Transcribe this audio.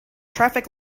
traffic